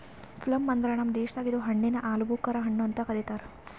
plum ಅಂದುರ್ ನಮ್ ದೇಶದಾಗ್ ಇದು ಹಣ್ಣಿಗ್ ಆಲೂಬುಕರಾ ಹಣ್ಣು ಅಂತ್ ಕರಿತಾರ್